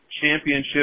championship